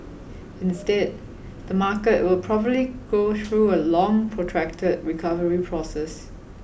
instead the market will probably go through a long protracted recovery process